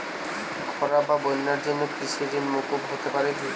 খরা বা বন্যার জন্য কৃষিঋণ মূকুপ হতে পারে কি?